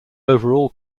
overall